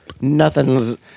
nothing's